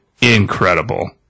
incredible